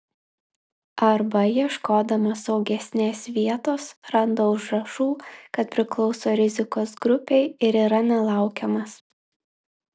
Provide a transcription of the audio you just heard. arba ieškodamas saugesnės vietos randa užrašų kad priklauso rizikos grupei ir yra nelaukiamas